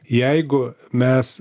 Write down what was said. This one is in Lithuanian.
jeigu mes